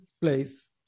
place